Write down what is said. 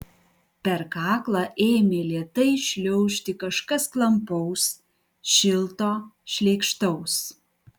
per kaklą ėmė lėtai šliaužti kažkas klampaus šilto šleikštaus